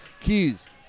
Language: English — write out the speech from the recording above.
Keys